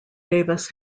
davis